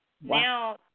now